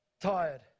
tired